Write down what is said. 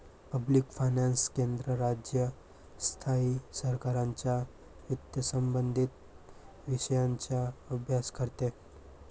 public finance केंद्र, राज्य, स्थायी सरकारांच्या वित्तसंबंधित विषयांचा अभ्यास करते